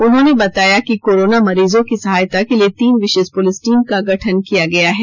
उन्होंने बताया कि कोरोना मरीजों की सहायता के लिए तीन विशेष पुलिस टीम का गठन किया है